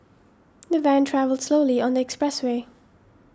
the van travelled slowly on the expressway